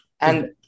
And-